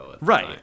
right